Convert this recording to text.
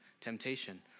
temptation